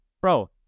Bro